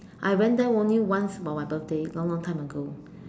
I went there only once on my birthday long long time ago